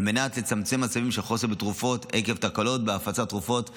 מנת לצמצם מצבים של חוסר בתרופות עקב תקלות בהפצת תרופות בישראל.